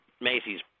Macy's